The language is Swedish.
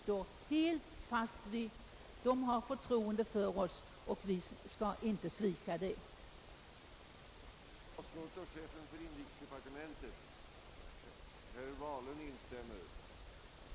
De grekiska flyktingarna har förtroende för oss, och detta förtroende skall vi inte svika.